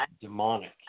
demonic